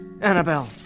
Annabelle